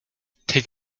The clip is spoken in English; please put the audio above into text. take